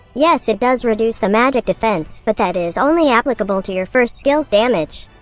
yes it does reduce the magic defense, but that is only applicable to your first skill's damage.